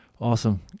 awesome